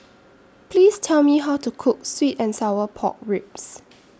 Please Tell Me How to Cook Sweet and Sour Pork Ribs